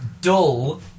dull